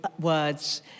words